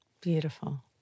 Beautiful